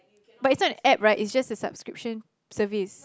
but it's not an App right it's just a subscription service